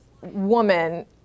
woman